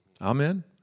Amen